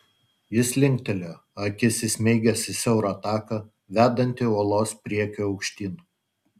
jis linktelėjo akis įsmeigęs į siaurą taką vedantį uolos priekiu aukštyn